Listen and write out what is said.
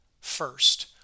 First